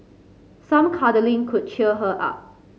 some cuddling could cheer her up